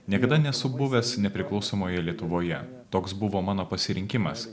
niekada nesu buvęs nepriklausomoje lietuvoje toks buvo mano pasirinkimas